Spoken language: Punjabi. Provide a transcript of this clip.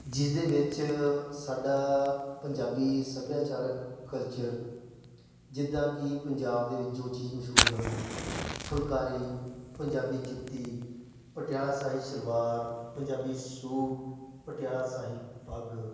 ਜਿਸਦੇ ਵਿੱਚ ਸਾਡਾ ਪੰਜਾਬੀ ਸੱਭਿਆਚਾਰਕ ਕਲਚਰ ਜਿੱਦਾਂ ਕਿ ਪੰਜਾਬ ਦੇ ਵਿੱਚ ਜੋ ਚੀਜ਼ ਮਸ਼ਹੂਰ ਹਨ ਫੁਲਕਾਰੀ ਪੰਜਾਬੀ ਜੁੱਤੀ ਪਟਿਆਲਾ ਸ਼ਾਹੀ ਸਲਵਾਰ ਪੰਜਾਬੀ ਸੂਟ ਪਟਿਆਲਾ ਸ਼ਾਹੀ ਪੱਗ